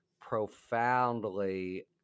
profoundly